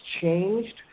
changed